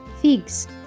figs